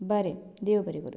बरें देव बरें करूं